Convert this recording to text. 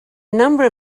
number